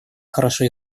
хорошо